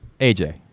AJ